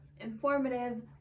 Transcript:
informative